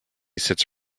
sits